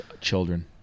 Children